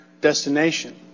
destination